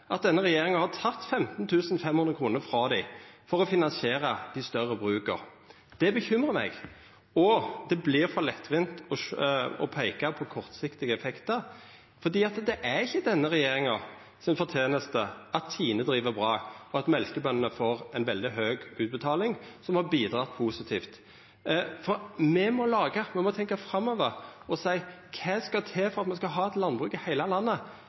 at denne regjeringa har teke 15 500 kr frå dei for å finansiera dei større bruka. Det bekymrar meg, og det vert for lettvint å peika på kortsiktige effektar, for det er ikkje denne regjeringas forteneste at TINE driv bra, og at mjølkebøndene får ei veldig høg utbetaling, som har bidrege positivt. Me må tenkja framover og seia: Kva skal til for at me skal ha eit landbruk i heile landet